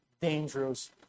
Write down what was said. dangerous